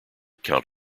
count